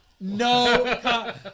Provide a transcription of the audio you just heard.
No